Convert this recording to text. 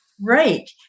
Right